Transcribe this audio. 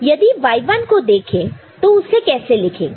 Y0 S'AB' SA'B AB' S'A' A'B AB' यदि Y1 को देखें तो उसे कैसे लिखेंगे